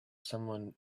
someone